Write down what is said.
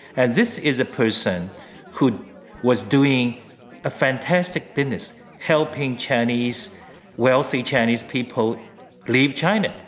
and this is a person who was doing a fantastic business helping chinese wealthy chinese people leave china,